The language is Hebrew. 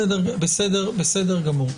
בסדר גמור.